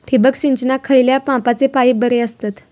ठिबक सिंचनाक खयल्या मापाचे पाईप बरे असतत?